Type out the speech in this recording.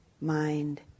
mind